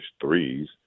threes